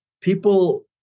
People